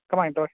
ꯀꯃꯥꯏꯅ ꯇꯧꯋꯤ